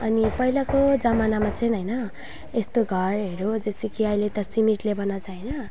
अनि पहिलाको जमानामा चाहिँ होइन यस्तो घरहरू जस्तो कि अहिले त सिमेन्टले बनाउँछ होइन